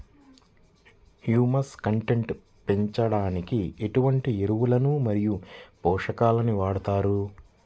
Humus content పెంచడానికి ఎటువంటి ఎరువులు మరియు పోషకాలను వాడతారు?